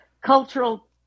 cultural